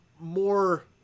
more